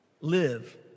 live